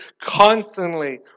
constantly